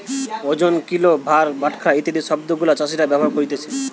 ওজন, কিলো, ভার, বাটখারা ইত্যাদি শব্দ গুলা চাষীরা ব্যবহার করতিছে